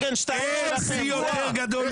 אתה מדבר?